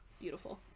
beautiful